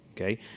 okay